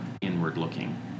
inward-looking